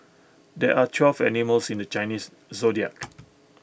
there are twelve animals in the Chinese Zodiac